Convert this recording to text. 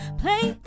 play